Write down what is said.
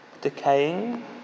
decaying